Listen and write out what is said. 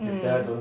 mm